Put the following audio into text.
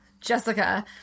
Jessica